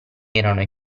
erano